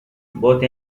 both